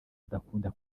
udakunda